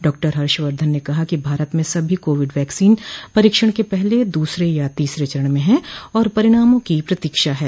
doctor Harshvardhan ने कहा कि भारत में सभी कोविड वैक्सीन परीक्षण के पहले दूसरे या तीसरे चरण में हैं और परिणामों की प्रतीक्षा है